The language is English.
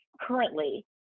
currently